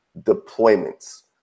deployments